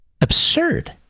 absurd